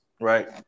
right